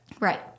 Right